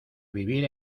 vivir